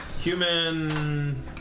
Human